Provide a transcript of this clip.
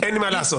אין מה לעשות.